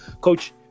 Coach